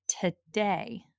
today